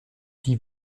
die